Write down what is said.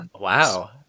Wow